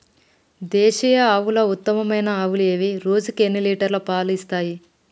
దేశీయ ఆవుల ఉత్తమమైన ఆవులు ఏవి? రోజుకు ఎన్ని లీటర్ల పాలు ఇస్తాయి?